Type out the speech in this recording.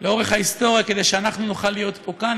לאורך ההיסטוריה כדי שאנחנו נוכל להיות פה כאן,